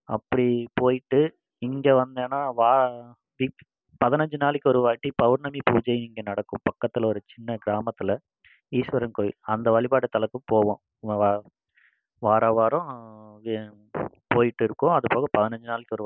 அப்படி போயிட்டு இங்கே வந்தோன்னால் வா பிப் பதினஞ்சி நாளைக்கு ஒரு வாட்டி பெளர்ணமி பூஜையும் இங்கே நடக்கும் பக்கத்தில் ஒரு சின்ன கிராமத்தில் ஈஸ்வரன் கோயில் அந்த வழிபாடு தலக்கு போவோம் வ வா வாரம் வாரம் வி போயிட்டு இருக்கோம் அது போக பதினஞ்சி நாளைக்கு ஒரு